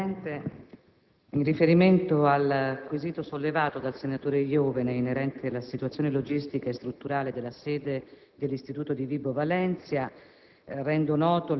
previdenza sociale*. In riferimento al quesito sollevato dal senatore Iovene, inerente la situazione logistica e strutturale della sede dell'INPS di Vibo Valentia,